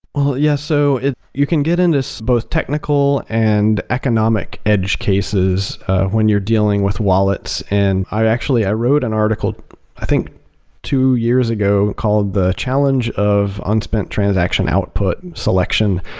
yes. so you can get in this both technical and economic edge cases when you're dealing with wallets. and actually, i wrote an article i think two years ago called the challenge of unspent transaction output selection,